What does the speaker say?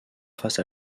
face